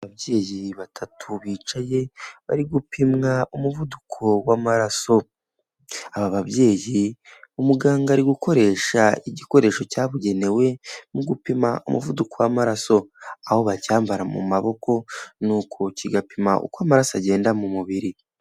Ababyeyi batatu bicaye bari gupimwa umuvuduko w'amaraso, aba babyeyi umuganga ari gukoresha igikoresho cyabugenewe mu gupima umuvuduko w'amaraso aho bacyambara mu maboko n'uko kigapima uko amaraso agenda mu mubiri.